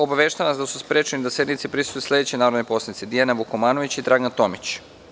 Obaveštavam da su sprečeni da sednici prisustvuju sledeći narodni poslanici: Dijana Vukomanović i Dragan Tomić.